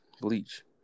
Bleach